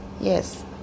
yes